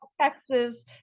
Texas